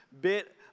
bit